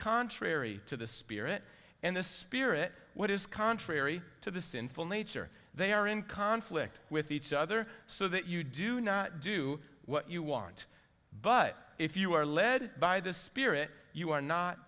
contrary to the spirit and the spirit what is contrary to the sinful nature they are in conflict with each other so that you do not do what you want but if you are led by the spirit you are not